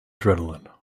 adrenaline